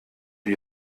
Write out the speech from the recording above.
wie